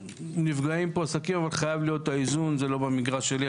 נפגעים עסקים אבל חייב להיות איזון וזה לא במגרש שלי.